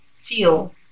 feel